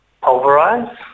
pulverize